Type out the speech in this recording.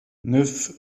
neuf